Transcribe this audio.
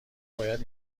باید